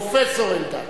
פרופסור אלדד.